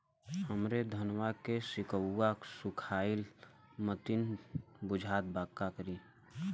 हमरे धनवा के सीक्कउआ सुखइला मतीन बुझात बा का करीं?